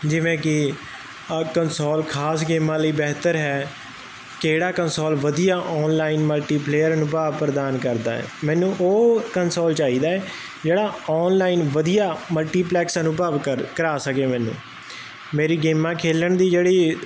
ਜਿਵੇਂ ਕਿ ਕਨਸੋਲ ਖਾਸ ਗੇਮਾਂ ਲਈ ਬਿਹਤਰ ਹੈ ਕਿਹੜਾ ਕਨਸੋਲ ਵਧੀਆ ਆਨਲਾਈਨ ਮਲਟੀ ਪਲੇਅਰ ਅਨੁਭਵ ਪ੍ਰਦਾਨ ਕਰਦਾ ਹੈ ਮੈਨੂੰ ਉਹ ਕਨਸੋਲ ਚਾਹੀਦਾ ਜਿਹੜਾ ਆਨਲਾਈਨ ਵਧੀਆ ਮਲਟੀਪਲੈਕਸ ਅਨੁਭਵ ਕਰ ਕਰਾ ਸਕੇ ਮੈਨੂੰ ਮੇਰੀ ਗੇਮਾਂ ਖੇਲਣ ਦੀ ਜਿਹੜੀ